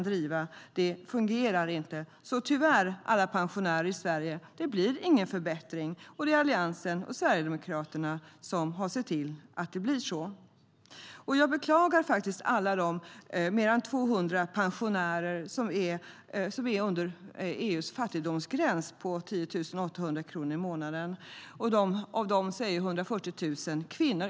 Det fungerar inte. Så tyvärr, alla pensionärer i Sverige, det blir ingen förbättring, och det är det Alliansen och Sverigedemokraterna som har sett till. Jag beklagar alla de mer än 200 000 pensionärer som är under EU:s fattigdomsgräns på 10 800 kronor i månaden, och av dem är 140 000 kvinnor.